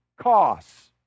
costs